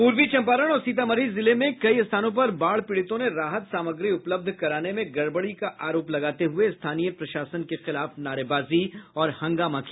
पूर्वी चंपारण और सीतामढ़ी जिले में कई स्थानों पर बाढ़ पीड़ितों ने राहत सामग्री उपलब्ध कराने में गड़बड़ी का आरोप लगाते हुए स्थानीय प्रशासन के खिलाफ नारेबाजी और हंगामा किया